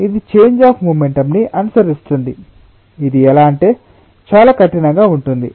కాబట్టి ఇది change of momentum ని అనుసరిస్తుంది ఇది ఎలా అంటే చాలా కఠినంగా ఉంటుంది